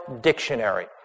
Dictionary